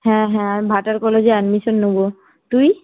হ্যাঁ হ্যাঁ আমি ভাটার কলেজে অ্যাডমিশন নেব তুই